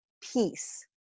peace